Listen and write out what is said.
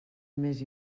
més